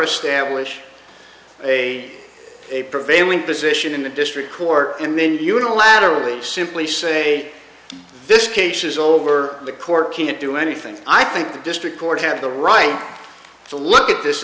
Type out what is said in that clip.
establish a a prevailing position in the district court and then unilaterally simply say this case is over the court can't do anything i think the district court has the right to look at this